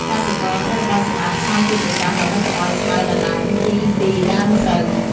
កសិករត្រូវបោចសំអាតស្មៅជាប្រចាំ ដើម្បីកុំឱ្យស្មៅដណ្តើមជីពីដើមស្រូវ។